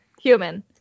human